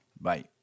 Bye